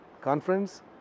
conference